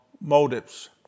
motives